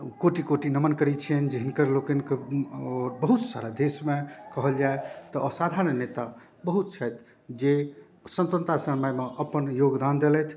कोटि कोटि नमन करै छिअनि जे हिनकर लोकनिके बहुत सारा देशमे कहल जाए तऽ असाधारण नेता बहुत छथि जे स्वतन्त्रता समयमे अपन योगदान देलथि